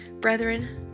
Brethren